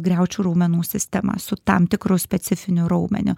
griaučių raumenų sistema su tam tikru specifiniu raumeniu